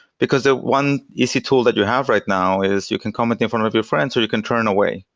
because the one easy tool that you have right now is you can comment in front of your friends or you can turn away.